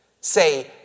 Say